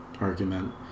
argument